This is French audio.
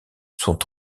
sont